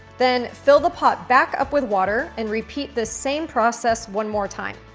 then fill the pot back up with water and repeat the same process one more time.